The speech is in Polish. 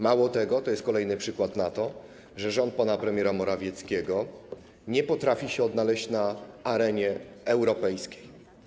Mało tego, to jest kolejny przykład na to, że rząd pana premiera Morawieckiego nie potrafi się odnaleźć na arenie europejskiej.